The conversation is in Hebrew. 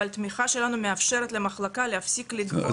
אבל תמיכה שלנו מאפשרת למחלקה להפסיק לגבות ממנו.